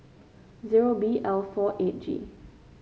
zero B L four eight G